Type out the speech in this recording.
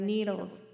Needles